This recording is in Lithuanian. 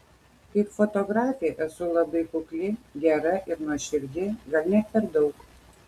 kaip fotografė esu labai kukli gera ir nuoširdi gal net per daug